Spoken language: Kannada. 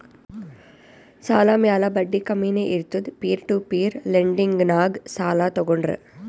ಸಾಲ ಮ್ಯಾಲ ಬಡ್ಡಿ ಕಮ್ಮಿನೇ ಇರ್ತುದ್ ಪೀರ್ ಟು ಪೀರ್ ಲೆಂಡಿಂಗ್ನಾಗ್ ಸಾಲ ತಗೋಂಡ್ರ್